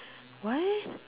what